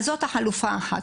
אז זו חלופה אחת.